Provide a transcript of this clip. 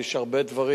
יש הרבה דברים